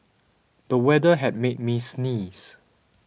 the weather had made me sneeze